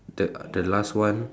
the the last one